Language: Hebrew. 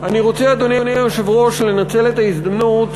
אני רוצה, אדוני היושב-ראש, לנצל את ההזדמנות